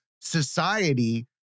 society